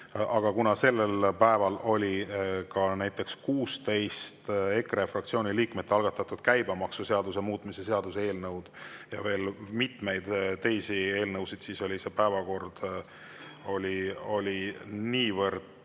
aga kuna sellel päeval oli ka näiteks EKRE fraktsiooni liikmete algatatud 16 käibemaksuseaduse muutmise seaduse eelnõu ja veel mitmeid teisi eelnõusid, siis oli see päevakord niivõrd